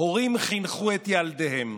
הורים חינכו את ילדיהם.